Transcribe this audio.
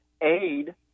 aid